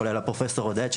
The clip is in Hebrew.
כולל הפרופ' עודד,